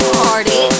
party